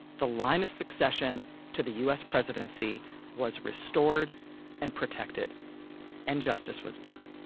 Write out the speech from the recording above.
the line of succession to the u s. presidency was restored and protected and justice was done